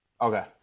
okay